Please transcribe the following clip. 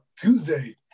Tuesday